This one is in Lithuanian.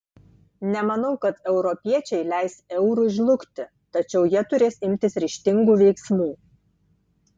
nemanau kad europiečiai leis eurui žlugti tačiau jie turės imtis ryžtingų veiksmų